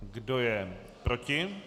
Kdo je proti?